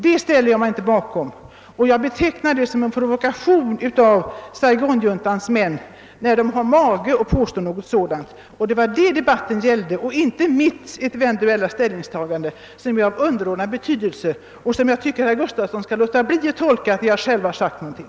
När Saigonjuntans män har mage till att påstå detta, betecknar jag detta som en provokation. Det är denna sak debatten gäller och inte mitt eventuella ställningstagande, som har underordnad betydelse. Jag tycker att herr Gustafson skall låta bli att försöka tolka mina uppfattningar tills jag själv sagt någonting.